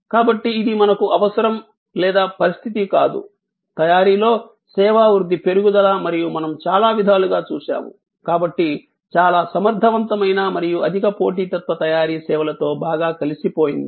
కాబట్టి ఇది మనకు అవసరం లేదా పరిస్థితి కాదు తయారీలో సేవా వృద్ధి పెరుగుదల మరియు మనం చాలా విధాలుగా చూస్తాము కాబట్టి చాలా సమర్థవంతమైన మరియు అధిక పోటీతత్వ తయారీ సేవలతో బాగా కలిసిపోయింది